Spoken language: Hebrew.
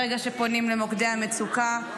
ברגע שפונים למוקדי המצוקה.